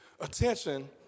attention